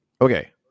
okay